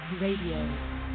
Radio